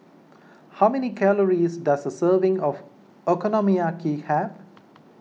how many calories does a serving of Okonomiyaki have